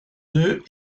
deux